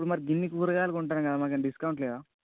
ఇప్పుడు మరి గిన్ని కూరగాయలు కొంటాన్నాం కదా మాకేం డిస్కౌంట్ లేదా